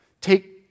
Take